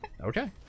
Okay